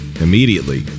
immediately